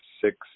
six